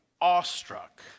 awestruck